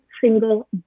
single